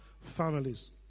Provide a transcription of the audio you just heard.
families